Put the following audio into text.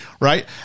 Right